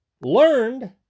learned